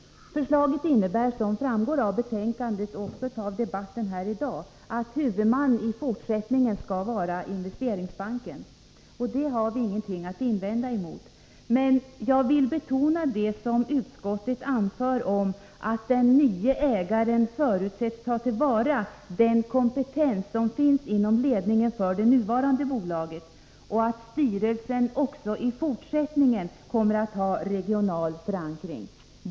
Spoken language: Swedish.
Förslaget innebär, som framgår av betänkandet och av debatten här i dag, att huvudman i fortsättningen skall vara Investeringsbanken. Det har vi inget att invända emot, men jag vill betona det som utskottet anför om att den nye ägaren förutsätts ta till vara den kompetens som finns inom ledningen för det nuvarande bolaget och att styrelsen också i fortsättningen kommer att ha regional förankring.